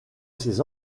ses